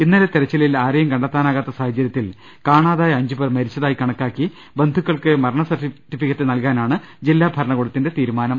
ഇന്നലെ തിര ച്ചിലിൽ ആരെയും കണ്ടെത്താനാകാത്ത സാഹചരൃത്തിൽ കാണാ തായ അഞ്ചുപേർ മരിച്ചതായി കണക്കാക്കി ബന്ധുക്കൾക്ക് മരണ സർട്ടിഫിക്കറ്റ് നൽകാനാണ് ജില്ലാ ഭരണകൂടത്തിന്റെ തീരുമാനം